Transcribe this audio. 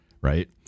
right